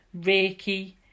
Reiki